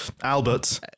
Albert